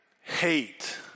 hate